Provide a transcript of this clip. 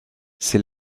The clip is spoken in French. ces